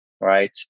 Right